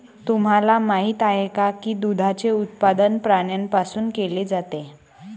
तुम्हाला माहित आहे का की दुधाचे उत्पादन प्राण्यांपासून केले जाते?